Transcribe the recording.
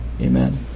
Amen